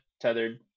tethered